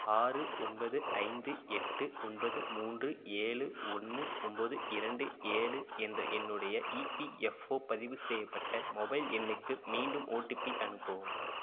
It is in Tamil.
ஆறு ஒன்பது ஐந்து எட்டு ஒன்பது மூன்று ஏழு ஒன்று ஒம்பது இரண்டு ஏழு என்ற என்னுடைய இபிஎஃப்ஓ பதிவு செய்யப்பட்ட மொபைல் எண்ணுக்கு மீண்டும் ஓடிபி அனுப்பவும்